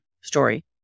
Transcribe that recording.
Story